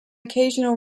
occasional